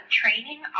training